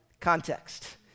context